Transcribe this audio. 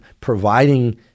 providing